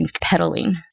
pedaling